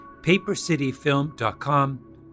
papercityfilm.com